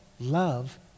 love